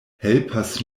helpas